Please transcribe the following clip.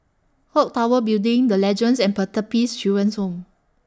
Clock Tower Building The Legends and Pertapis Children's Home